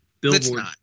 Billboard